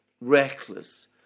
reckless